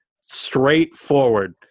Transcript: straightforward